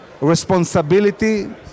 responsibility